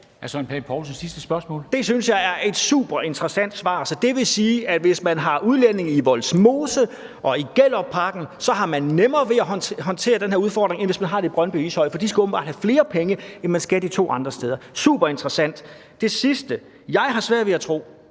Søren Pape Poulsen (KF): Det synes jeg er et super interessant svar. Det vil så sige, at hvis man har udlændinge i Vollsmose og i Gellerupparken, har man nemmere ved at håndtere den her udfordring, end hvis man har det i Brøndby og Ishøj. For de skal åbenbart have flere penge, end man skal de to andre steder – super interessant! Det sidste: Jeg har svært ved at tro,